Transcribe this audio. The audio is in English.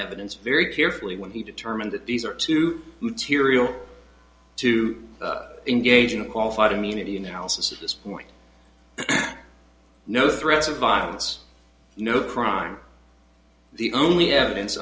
evidence very carefully when he determined that these are two tiriel to engage in a qualified immunity analysis of this point no threats of violence no crime the only evidence